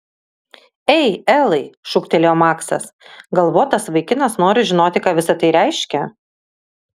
ei elai šūktelėjo maksas galvotas vaikinas nori žinoti ką visa tai reiškia